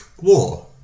war